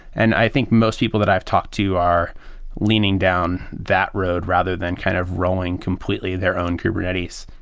and i think most people that i've talked to are leaning down that road rather than kind of rolling completely their own kubernetes.